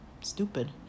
Stupid